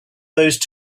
those